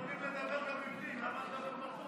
אנחנו יכולים לדבר גם בפנים, למה לדבר בחוץ?